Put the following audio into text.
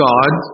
God